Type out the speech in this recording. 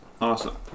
Awesome